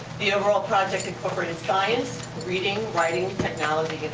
the overall project incorporated science, reading, writing, technology, and